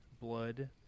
blood